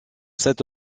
cette